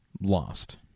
lost